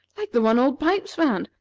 like the one old pipes found!